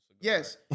yes